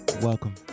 welcome